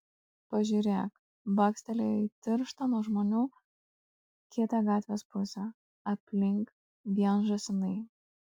pažiūrėk bakstelėjo į tirštą nuo žmonių kitą gatvės pusę aplink vien žąsinai